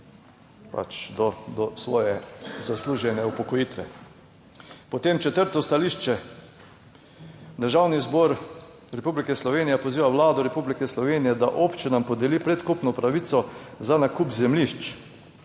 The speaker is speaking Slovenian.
pač do svoje zaslužene upokojitve. Potem četrto stališče: Državni zbor Republike Slovenije poziva Vlado Republike Slovenije, da občinam podeli predkupno pravico za nakup zemljišč,